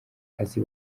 azi